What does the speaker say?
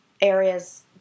areas